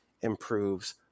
improves